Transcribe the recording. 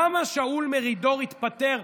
למה שאול מרידור התפטר?